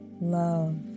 love